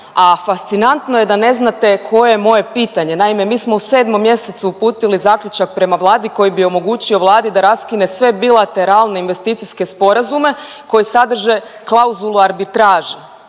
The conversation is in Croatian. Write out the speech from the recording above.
a fascinantno je da ne znate koje je moje pitanje. Naime, mi smo u 7. mjesecu uputili zaključak prema Vladi koji bi omogućio Vladi da raskine sve bilateralne investicijske sporazume koje sadrže klauzulu arbitraže.